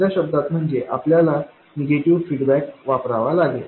दुसर्या शब्दांत म्हणजे आपल्याला निगेटिव्ह फीडबॅक वापरावा लागेल